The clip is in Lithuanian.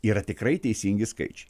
yra tikrai teisingi skaičiai